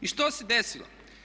I što se desilo?